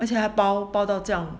而且还包包到这样